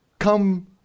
come